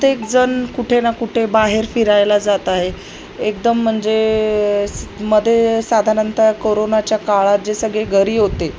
प्रत्येकजण कुठे ना कुठे बाहेर फिरायला जात आहे एकदम म्हणजे स मध्ये साधारणतः कोरोनाच्या काळात जे सगळे घरी होते